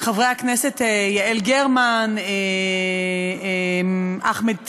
חברת הכנסת יעל גרמן, חבר הכנסת אחמד טיבי,